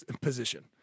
position